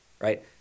right